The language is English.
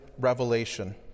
revelation